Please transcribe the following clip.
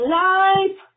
life